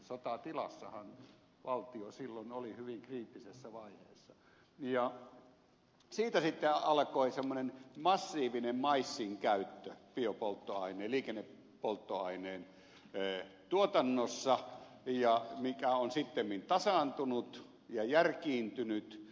sotatilassahan valtio silloin oli hyvin kriittisessä vaiheessa ja siitä sitten alkoi semmoinen massiivinen maissinkäyttö liikennepolttoaineen tuotannossa mikä on sittemmin tasaantunut ja järkiintynyt